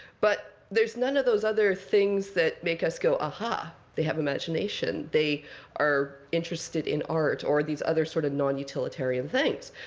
but there's none of those other things that make us go aha, they have imagination. they are interested in art or these other sort of non-utilitarian things.